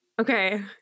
Okay